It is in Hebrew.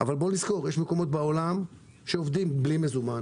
אבל נזכור שיש מקומות בעולם שעובדים בלי מזומן,